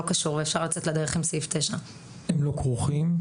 קשור ואפשר לצאת לדרך עם סעיף 9. הם לא כרוכים.